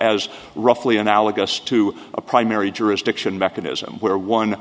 as roughly analogous to a primary jurisdiction mechanism where one